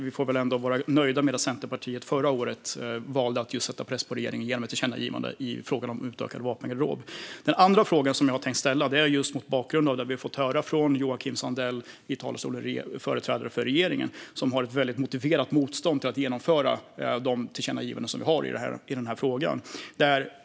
Vi får väl ändå vara nöjda med att Centerpartiet förra året valde att sätta press på regeringen genom ett tillkännagivande i frågan om utökad vapengarderob. Min andra fråga tänkte jag ställa just mot bakgrund av det vi fått höra från Joakim Sandell i talarstolen som företrädare för regeringssidan. Regeringen har ju ett väldigt motiverat motstånd mot att genomföra våra tillkännagivanden i den här frågan.